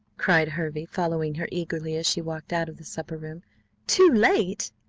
cried hervey, following her eagerly as she walked out of the supper-room too late?